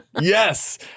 Yes